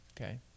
Okay